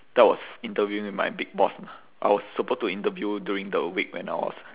that was interviewing with my big boss lah I was supposed to interview during the week when I was